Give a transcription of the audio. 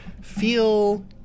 feel